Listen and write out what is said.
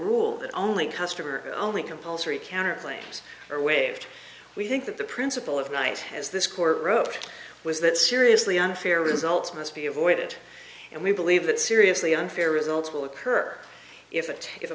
rule that only customer only compulsory counterclaims or waived we think that the principle of night as this court wrote was that seriously unfair results must be avoided and we believe that seriously unfair results will occur if it is a